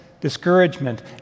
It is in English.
discouragement